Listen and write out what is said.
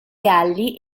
galli